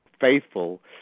faithful